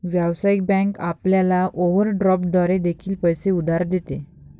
व्यावसायिक बँक आपल्याला ओव्हरड्राफ्ट द्वारे देखील पैसे उधार देते